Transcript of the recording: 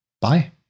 bye